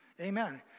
Amen